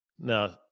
Now